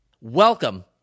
welcome